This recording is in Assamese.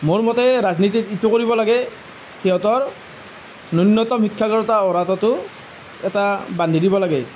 মোৰ মতে ৰাজনীতিত এইটো কৰিব লাগে সিহঁতৰ ন্য়ূনতম শিক্ষাগত অৰ্হতাটো এটা বান্ধি দিব লাগে